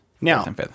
Now